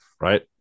right